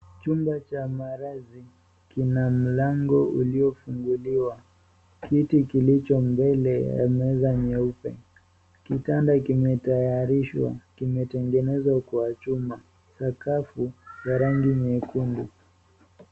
Chumba cha malazi, kina mlango uliofunguliwa, kiti kilicho mbele ya meza nyeupe. Kitanda kimetayarishwa, kimetengenezwa kwa chuma. Sakafu ya rangi nyekundu.